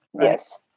Yes